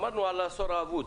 דיברנו על העשור האבוד?